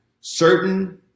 certain